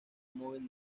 móvil